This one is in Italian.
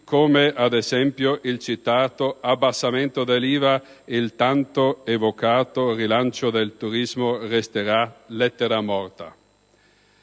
come ad esempio il citato abbassamento dell'IVA, il tanto evocato rilancio del turismo resterà lettera morta.